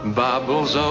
bubbles